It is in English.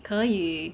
可以